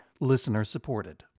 listener-supported